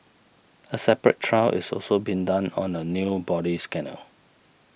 a separate trial is also being done on a new body scanner